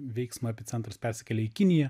veiksmo epicentras persikėlė į kiniją